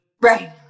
Right